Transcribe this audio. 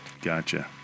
Gotcha